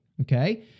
Okay